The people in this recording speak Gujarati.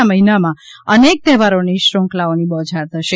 આ મહિનામાં અનેક તહેવારોની શ્રંખલાઓની બોછાર થશે